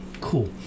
Cool